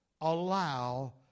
allow